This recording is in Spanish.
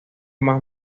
más